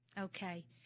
Okay